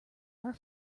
are